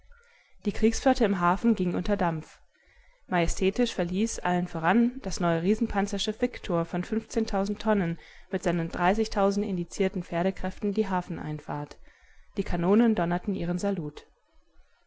die kriegsflotte im hafen ging unter dampf majestätisch verließ allen voran das neue riesenpanzerschiff viktor von tonnen mit seinen indizien pferdekräften die hafeneinfahrt die kanonen donnerten ihren salut